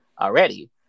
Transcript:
already